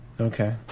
Okay